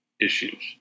issues